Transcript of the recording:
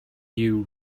you